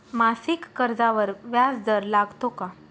मासिक कर्जावर व्याज दर लागतो का?